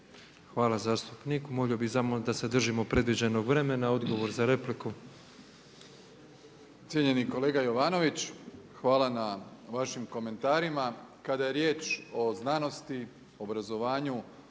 Hvala zastupniku. Molio bih samo da se držimo predviđenog vremena. Odgovor na repliku. **Plenković, Andrej (HDZ)** Cijenjeni kolega Jovanović hvala na vašim komentarima. Kada je riječ o znanosti, obrazovanju,